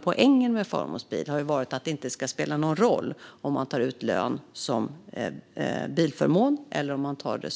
Poängen med förmånsbil har varit att det inte ska spela någon roll om man tar ut lön som bilförmån eller